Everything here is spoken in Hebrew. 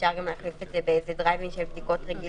אפשר להחליף את זה בדרייב אין של בדיקות רגילות.